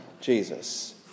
Jesus